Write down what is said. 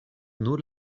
nur